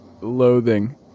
loathing